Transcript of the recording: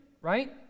right